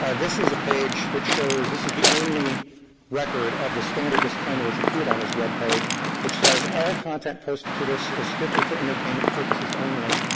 this is a page that shows this is the only record of the standard disclaimer which appeared on his web page which says, all content posted to this is strictly for entertainment purposes only.